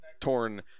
torn